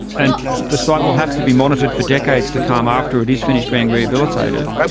and the site will have to be monitored for decades to come after it is finished being rehabilitated,